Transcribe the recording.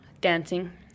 Dancing